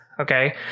okay